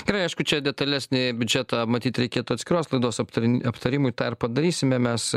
tikrai aišku čia detalesnį biudžetą matyt reikėtų atskiros laidos aptarin aptarimui tą ir padarysime mes